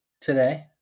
today